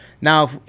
Now